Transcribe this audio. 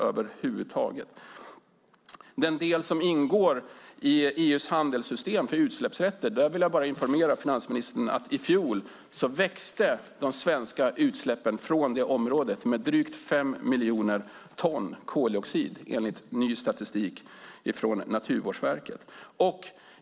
Beträffande den del som ingår i EU:s handelssystem för utsläppsrätter vill jag informera finansministern om att de svenska utsläppen från området i fjol växte med drygt 5 miljoner ton koldioxid, enligt ny statistik från Naturvårdsverket.